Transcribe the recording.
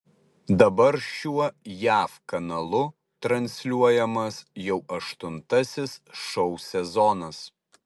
dabar šiuo jav kanalu transliuojamas jau aštuntasis šou sezonas